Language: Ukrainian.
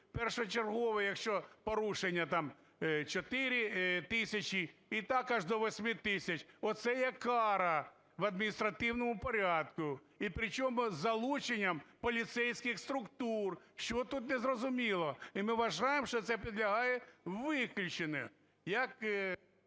першочергове якщо порушення, там 4 тисячі, і так аж до 8 тисяч. Оце є кара в адміністративному порядку, і причому з залученням поліцейських структур. Що тут не зрозуміло? І ми вважаємо, що це підлягає виключенню